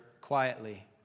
quietly